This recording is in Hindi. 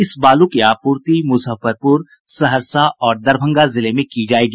इस बालू की आपूर्त्ति मुजफ्फरपुर सहरसा और दरभंगा जिले में की जायेगी